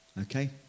Okay